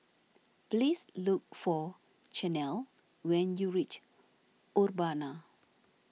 please look for Chanelle when you reach Urbana